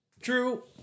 True